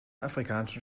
afrikanischen